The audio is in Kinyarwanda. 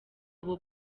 abo